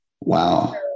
Wow